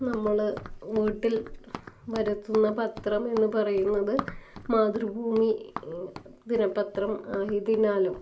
നമ്മൾ വീട്ടിൽ വരുത്തുന്ന പത്രം എന്നു പറയുന്നത് മാതൃഭൂമി ദിനപ്പത്രം ആയതിനാലും